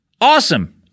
Awesome